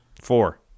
Four